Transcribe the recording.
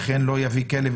וכן לא יביא כלב,